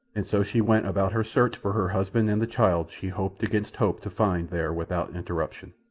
and so she went about her search for her husband and the child she hoped against hope to find there without interruption.